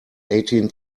eighteen